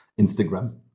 Instagram